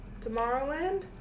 Tomorrowland